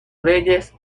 reyes